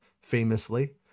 famously